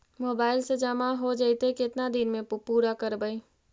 Mobile से जामा हो जैतय, केतना दिन में पुरा करबैय?